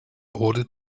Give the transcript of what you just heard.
order